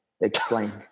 Explain